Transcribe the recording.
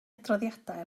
adroddiadau